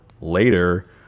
later